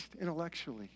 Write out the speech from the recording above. intellectually